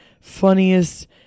funniest